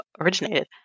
originated